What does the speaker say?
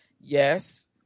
yes